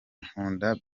nkunda